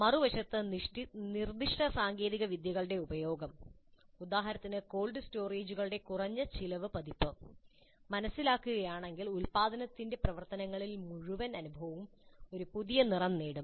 മറുവശത്ത് നിർദ്ദിഷ്ട സാങ്കേതികവിദ്യകളുടെ ഉപയോഗം ഉദാഹരണത്തിന് കോൾഡ് സ്റ്റോറേജുകളുടെ കുറഞ്ഞ ചിലവ് പതിപ്പ് മനസിലാക്കുകയാണെങ്കിൽ ഉൽപാദന പ്രവർത്തനങ്ങളിൽ മുഴുവൻ അനുഭവവും ഒരു പുതിയ നിറം നേടും